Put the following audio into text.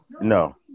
no